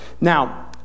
Now